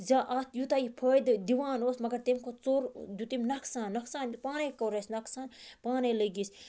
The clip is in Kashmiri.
زیا اتھ یوٗتاہ یہِ فٲیدٕ دِوان اوس مَگَر تمہِ کھۄتہٕ ژوٚر دیُت امۍ نۄقصان نۄقصان پانے کوٚر اَسہِ نۄقصان پانے لٔگۍ أسۍ